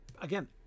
Again